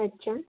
अच्छा